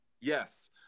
yes